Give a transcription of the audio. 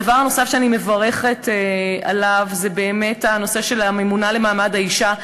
הדבר הנוסף שאני מברכת עליו זה באמת הנושא של הממונה על מעמד האישה,